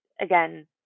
again